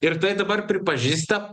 ir tai dabar pripažįsta